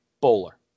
bowler